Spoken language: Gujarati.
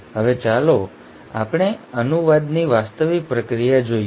હવે ચાલો આપણે અનુવાદની વાસ્તવિક પ્રક્રિયા જોઈએ